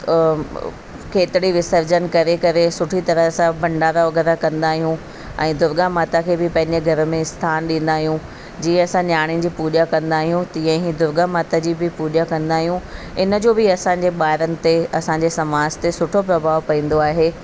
खेतिरी विसर्जन करे करे सुठी तरह सां भंडारा वग़ैरह कंदा आहियूं ऐं दुर्गा माता खे बि पंहिंजे घर में स्थान ॾींदा आहियूं जीअं असां न्याणियुनि जी पूॼा कंदा आहियूं तीअं ई दुर्गा माता जी बि पूॼा कंदा आहियूं इन जो बि असांजे ॿारनि ते असांजे समाज ते सुठो प्रभाव पवंदो आहे